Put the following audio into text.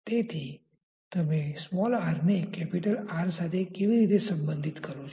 તેથી તમે r ને R સાથે કેવી રીતે સંબંધિત કરો છે